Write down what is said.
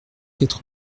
quatre